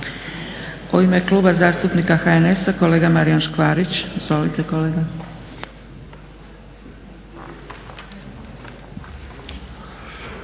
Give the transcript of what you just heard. U ime Kluba zastupnik HNS-a, kolega Marijan Škvarić. Izvolite kolega.